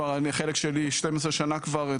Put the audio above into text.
החלק שלי הוא 12 שנה כבר,